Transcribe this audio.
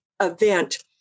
event